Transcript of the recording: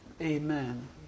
Amen